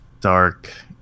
dark